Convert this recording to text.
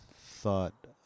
thought